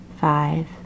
five